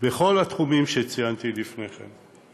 בכל התחומים שציינתי לפני כן.